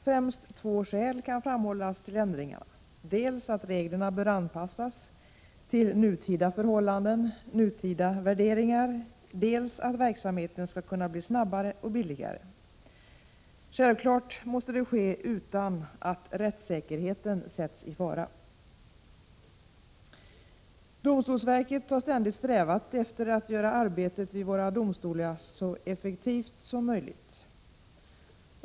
Främst två skäl till ändringarna kan framhållas, dels att reglerna bör anpassas till nutida förhållanden och värderingar, dels att arbetet skall ske snabbare och verksamheten bli billigare. Självfallet måste det ske utan att rättssäkerheten sätts i fara. Domstolsverket har ständigt strävat efter att göra arbetet vid domstolarna så effektivt som möjligt.